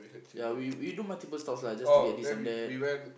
ya we we do multiple stops lah just to get this and that